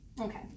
Okay